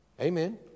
amen